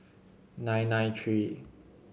nine nine three